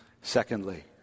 Secondly